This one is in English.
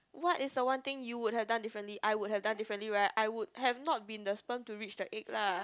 what is the one thing you would have done differently I would have done differently right I would have not been the sperm to reach the egg lah